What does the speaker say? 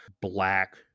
black